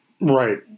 Right